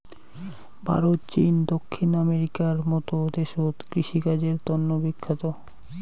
ভারত, চীন, দক্ষিণ আমেরিকার মত দেশত কৃষিকাজের তন্ন বিখ্যাত